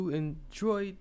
enjoy